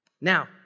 Now